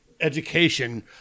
education